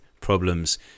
problems